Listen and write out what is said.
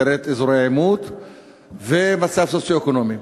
פירט אזורי עימות ומצב סוציו-אקונומי.